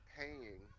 paying